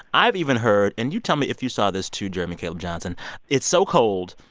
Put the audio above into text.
i've even heard and you tell me if you saw this, too, jeremy caleb johnson it's so cold,